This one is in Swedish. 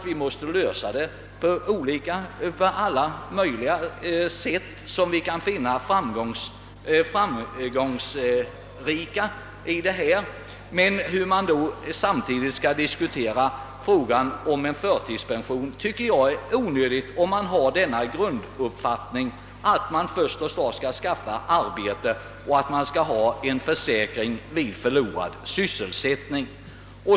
Vi måste lösa dessa problem på alla sätt vi kan finna framgångsrika. Att samtidigt diskutera frågan om förtidspension tycker jag är onödigt om man har den grunduppfattningen, att man först skall skaffa arbete men dessutom ha en försäkring för förlorad sysselsättning.